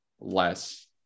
less